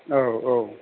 औ औ